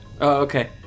okay